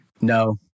No